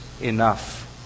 enough